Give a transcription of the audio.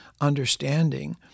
understanding